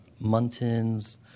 muntins